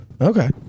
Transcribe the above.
Okay